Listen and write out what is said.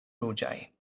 ruĝaj